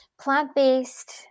plant-based